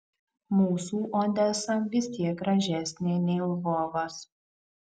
mūsų odesa vis tiek gražesnė nei lvovas